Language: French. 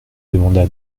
demanda